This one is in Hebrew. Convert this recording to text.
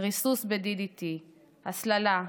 ריסוס ב-DDT, הסללה,